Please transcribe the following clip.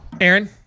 Aaron